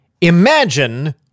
Imagine